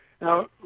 Now